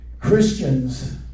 Christians